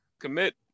commit